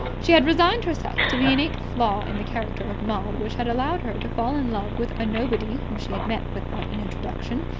she had resigned herself to the innate flaw in the character of maud which had allowed her to fall in love with a nobody whom she had met without an introduction.